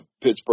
Pittsburgh